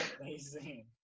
amazing